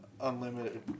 unlimited